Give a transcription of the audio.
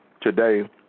today